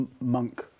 monk